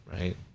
right